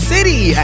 City